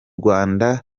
rwanda